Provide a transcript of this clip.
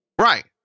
Right